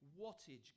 wattage